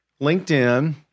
LinkedIn